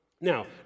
Now